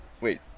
Wait